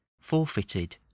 forfeited